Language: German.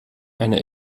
eine